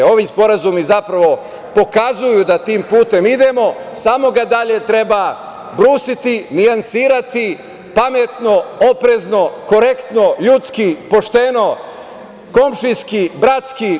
Ovi sporazumi zapravo pokazuju da tim putem idemo, samo ga dalje treba brusiti, nijansirati pametno, oprezno, korektno, ljudski, pošteno, komšijski, bratski.